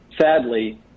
Sadly